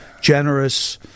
generous